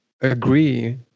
agree